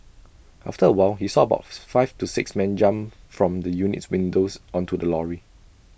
after A while he saw about five to six men jump from the unit's windows onto the lorry